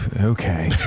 Okay